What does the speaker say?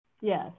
Yes